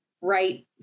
right